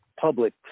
public